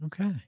Okay